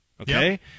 okay